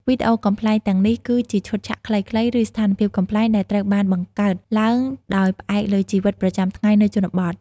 វីដេអូកំប្លែងទាំងនេះគឺ ជាឈុតឆាកខ្លីៗ ឬស្ថានភាពកំប្លែង ដែលត្រូវបានបង្កើតឡើងដោយផ្អែកលើជីវិតប្រចាំថ្ងៃនៅជនបទ។